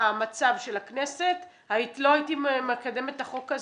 המצב של הכנסת לא הייתי מקדמת את החוק הזה.